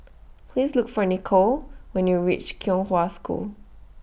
Please Look For Nikko when YOU REACH Kong Hwa School